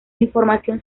información